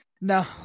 No